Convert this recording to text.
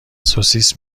سوسیس